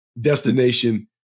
destination